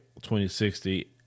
2060